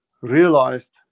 realized